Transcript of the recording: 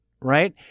right